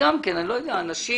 אני לא יודע, אנשים